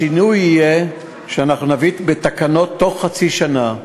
השינוי יהיה שאנחנו נביא תקנות בתוך חצי שנה,